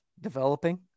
developing